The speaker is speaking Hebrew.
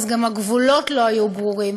אז גם הגבולות לא היו ברורים.